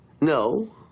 No